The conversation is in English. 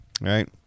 Right